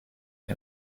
der